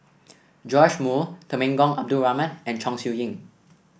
Joash Moo Temenggong Abdul Rahman and Chong Siew Ying